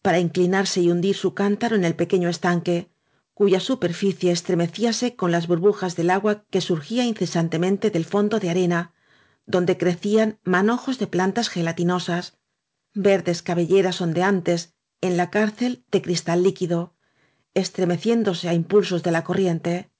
inclinarse y hundir su cántaro en el pe queño estanque cuya superficie estremecíase con las burbujas del agua que surgía incesan temente del fondo de arena donde crecían manojos de plantas gelatinosas verdes cabe lleras ondeantes en la cárcel de cristal líquido estremeciéndose á impulsos de la corriente los